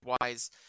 wise